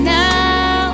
now